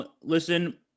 Listen